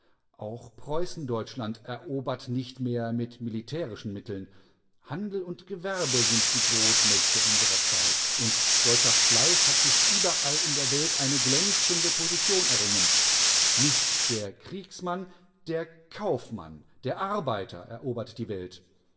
auch preußen-deutschland erobert nicht mehr mit militärischen mitteln handel und gewerbe sind die großmächte unserer zeit und deutscher fleiß hat sich überall in der welt eine glänzende position errungen nicht der kriegsmann der kaufmann der arbeiter erobert die welt